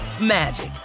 magic